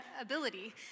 ability